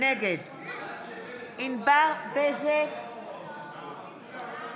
נגד ענבר בזק,